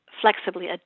flexibly